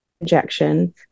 injection